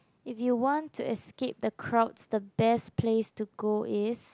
if you want to escape the crowds the best place to go is